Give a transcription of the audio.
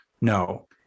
no